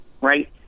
right